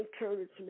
encouragement